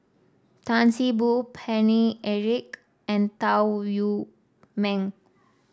Tan See Boo Paine Eric and Tan Wu Meng